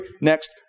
next